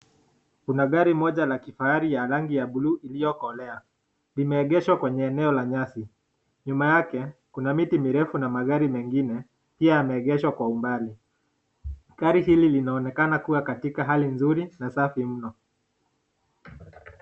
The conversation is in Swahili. Kuna gari moja la kifahari ya rangi ya blue iliyokolea. Limeegeshwa kwenye eneo la nyasi. Nyuma yake kuna miti mirefu na magari mengine pia yameegeshwa kwa umbali. Gari hili linaonekana kuwa katika hali nzuri na safi mno.